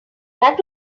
that